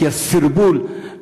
כי הסרבול,